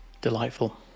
Delightful